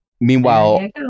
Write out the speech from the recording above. Meanwhile